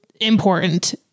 important